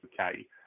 Okay